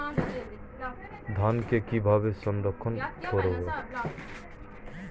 ধানকে কিভাবে সংরক্ষণ করব?